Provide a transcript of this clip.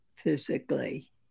physically